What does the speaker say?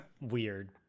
weird